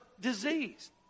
Disease